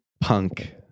punk